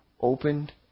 opened